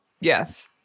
Yes